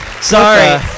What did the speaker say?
Sorry